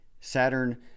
Saturn